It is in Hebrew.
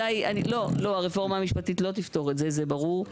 לא, הרפורמה המשפטית לא תפתור את זה, זה ברור.